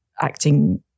acting